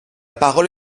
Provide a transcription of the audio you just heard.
parole